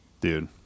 Dude